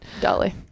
Dolly